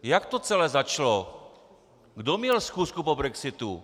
Jak to celé začalo, kdo měl schůzku po brexitu?